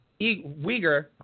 Uyghur